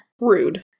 Rude